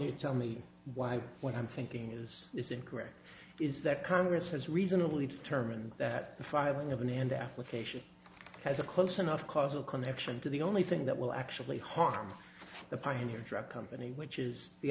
to tell me why what i'm thinking is is incorrect is that congress has reasonably determined that the filing of an end application has a close enough causal connection to the only thing that will actually harm the pioneer drug company which is the